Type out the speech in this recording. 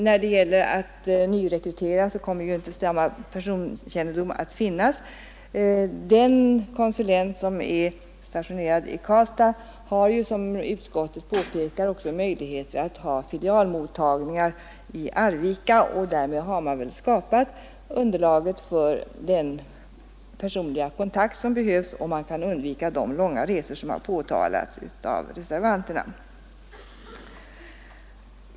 När det gäller nyrekrytering kommer inte samma personkännedom att finnas. Den konsulent som är stationerad i Karlstad har ju, som utskottet också påpekar, möjlighet att ha filialmottagningar i Arvika, och därmed har man skapat underlag för den personliga kontakt som behövs och man kan undvika de långa resor som påtalats av reservanterna.